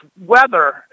weather